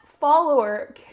follower